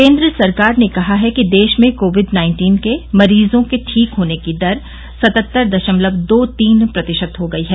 केन्द्र सरकार ने कहा है कि देश में कोविड नाइन्टीन के मरीजों के ठीक होने की दर सतहत्तर दशमलव दो तीन प्रतिशत हो गई है